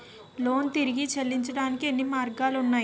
Loan తిరిగి చెల్లించటానికి ఎన్ని మార్గాలు ఉన్నాయి?